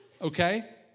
okay